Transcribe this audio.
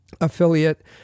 affiliate